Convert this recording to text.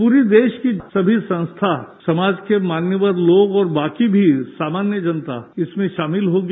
पूरे देश की सभी संस्था समाज के मान्यवर लोग और बाकी भी सामान्य जनता इसमें शामिल होगी